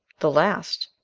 the last?